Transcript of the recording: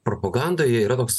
propagandoje yra toks